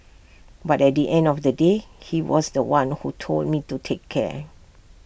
but at the end of the day he was The One who told me to take care